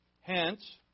Hence